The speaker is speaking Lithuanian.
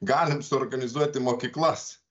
galim suorganizuoti mokyklas